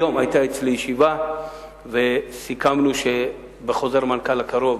היום היתה אצלי ישיבה וסיכמנו שבחוזר מנכ"ל הקרוב,